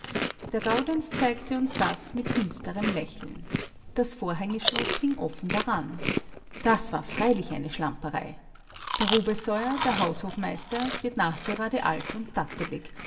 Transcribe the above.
der gaudenz zeigte uns das mit finsterem lächeln das vorhängeschloß hing offen daran das war freilich eine schlamperei der rubesoier der haushofmeister wird nachgerade alt und